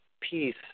Peace